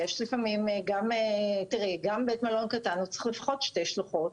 גם בית מלון קטן צריך לפחות שתי שלוחות,